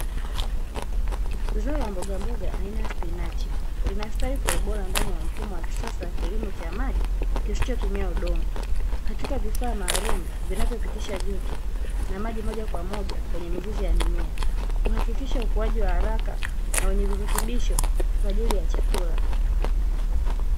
Zao la mbogamboga aina ya spinachi, linasitawi kwa ubora ndani ya mfumo wa kisasa wa kilimo cha maji, kisichotumia udongo katika vifaa maalumu vinavyopitisha joto na maji moja kwa moja kwenye mizizi ya mimea, kuhakikisha ukuaji wa haraka na wenye virutubisho kwa ajili ya chakula.